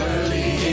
Early